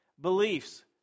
beliefs